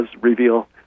reveal